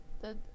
The-